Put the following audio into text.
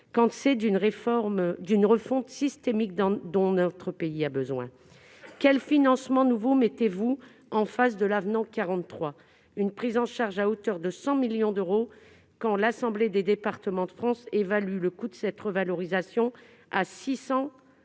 a besoin d'une refonte systémique ! Quels financements nouveaux mettez-vous en face de l'avenant n° 43 ? Une prise en charge à hauteur de 100 millions d'euros ! Or l'Assemblée des départements de France évalue le coût de la revalorisation à 600